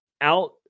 out